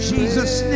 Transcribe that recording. Jesus